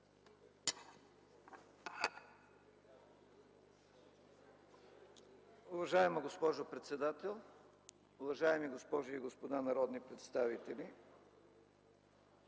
Уважаема госпожо председател, дами и господа народни представители!